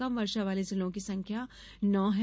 कम वर्षा वाले जिलों की संख्या नौ है